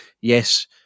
Yes